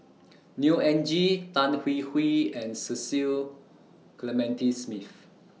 Neo Anngee Tan Hwee Hwee and Cecil Clementi Smith